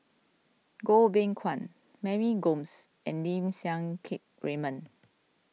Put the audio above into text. Goh Beng Kwan Mary Gomes and Lim Siang Keat Raymond